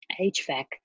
HVAC